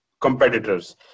competitors